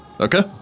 Okay